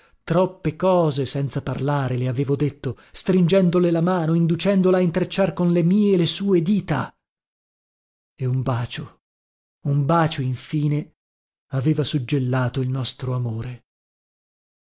troppe cose senza parlare le avevo detto stringendole la mano inducendola a intrecciar con le mie le sue dita e un bacio un bacio infine aveva suggellato il nostro amore